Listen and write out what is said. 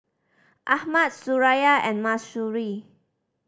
Ahmad Suraya and Mahsuri